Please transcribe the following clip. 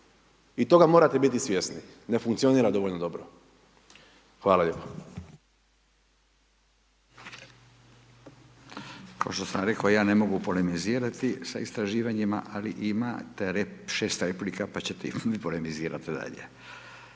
i toga morate biti svjesni, ne funkcionira dovoljno dobro. Hvala lijepo.